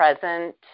present